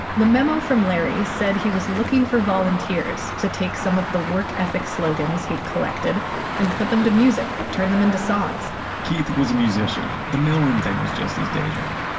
the memo from larry said he was looking for volunteers to take some of the work ethic slogans he'd collected and put them to music, turn them into songs keith was a musician. the mailroom thing was just his day job.